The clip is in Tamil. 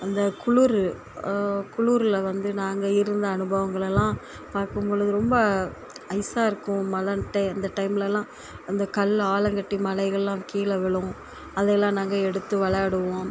அந்த குளுர் குளுரில் வந்து நாங்கள் இருந்த அனுபவங்கள் எல்லாம் பார்க்கும் பொழுது ரொம்ப ஐஸாக இருக்கும் மழை டைம் இந்த டைமெல்லாம் அந்த கல் ஆலங்கட்டி மழை எல்லாம் கீழே விழும் அதை எல்லாம் நாங்கள் எடுத்து விளையாடுவோம்